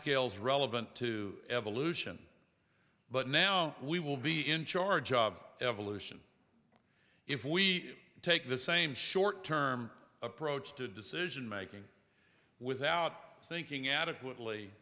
timescales relevant to evolution but now we will be in charge of evolution if we take the same short term approach to decision making without thinking adequately